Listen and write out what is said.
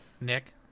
Nick